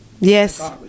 Yes